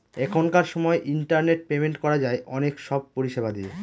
এখনকার সময় internet payment করা যায় অনেক সব পরিষেবা দিয়ে